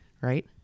Right